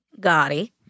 Gotti